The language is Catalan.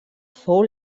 fou